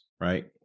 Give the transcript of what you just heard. Right